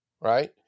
right